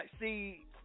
see